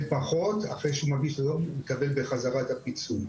פחות אחרי שהוא מגיש את הדוח או שהוא מקבל בחזרה את הפיצוי,